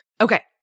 Okay